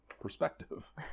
perspective